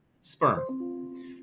Sperm